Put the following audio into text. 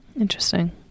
Interesting